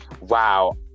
Wow